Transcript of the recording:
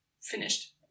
finished